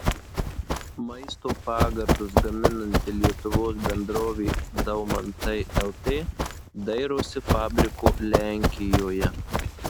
maisto pagardus gaminanti lietuvos bendrovė daumantai lt dairosi fabriko lenkijoje